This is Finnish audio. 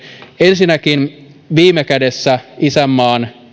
ensinnäkin viime kädessä isänmaan